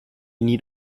need